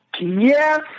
Yes